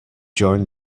during